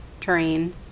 terrain